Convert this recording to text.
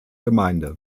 gemeinde